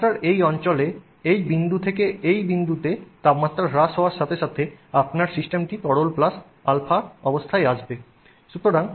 তাপমাত্রার এই অঞ্চলে এই বিন্দু থেকে এখানে এই বিন্দুতে তাপমাত্রা হ্রাস হওয়ার সাথে সাথে আপনার সিস্টেমটি তরল প্লাস α অবস্থায় থাকবে